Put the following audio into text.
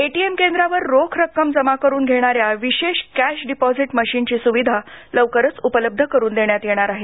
ATM केंद्रावर रोख रक्कम जमा करून घेणाऱ्या विशेष कॅश डिपॉझिट मशीनची सुविधा लवकरच उपलब्ध करून देण्यात येणार आहे